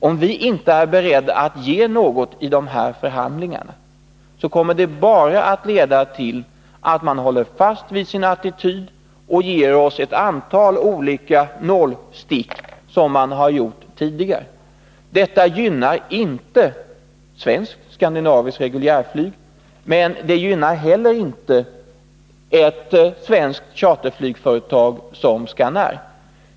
Om vi inte är beredda att ge någonting i dessa förhandlingar, kommer det bara att leda till att amerikanarna håller fast vid sin attityd och ger oss ett antal olika nålstick, så som de har gjort tidigare. Detta gynnar inte skandinaviskt reguljärflyg, och det gynnar inte heller ett svenskt charterflygföretag som Scanair.